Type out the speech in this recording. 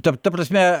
ta ta prasme